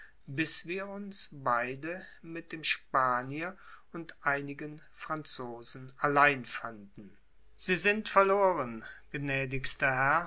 bis wir uns beide mit dem spanier und einigen franzosen allein fanden sie sind verloren gnädigster